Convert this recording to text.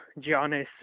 Giannis